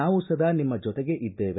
ನಾವು ಸದಾ ನಿಮ್ಮ ಜೊತೆಗೆ ಇದ್ದೇವೆ